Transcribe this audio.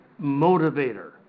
motivator